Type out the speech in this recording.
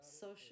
social